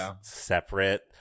separate